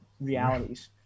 realities